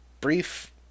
brief